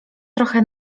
trochę